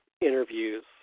interviews